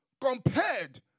Compared